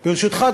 ברשותך,